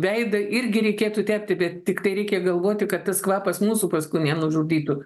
veidą irgi reikėtų tepti bet tiktai reikia galvoti kad tas kvapas mūsų paskui nenužudytų